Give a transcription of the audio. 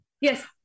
Yes